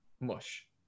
mush